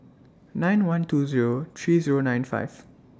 nine one two Zero three Zero nine five